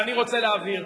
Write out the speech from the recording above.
אני רוצה להבהיר.